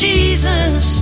Jesus